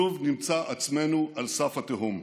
שוב נמצא עצמנו על סף התהום.